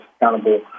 accountable